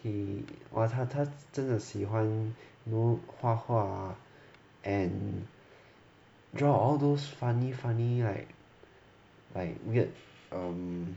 the !wah! 他他真的喜欢画画 and draw all those funny funny [right] like weird